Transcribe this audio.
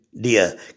dear